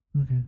okay